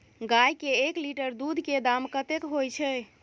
गाय के एक लीटर दूध के दाम कतेक होय छै?